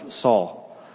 Saul